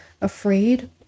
afraid